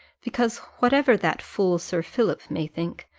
because, whatever that fool sir philip may think,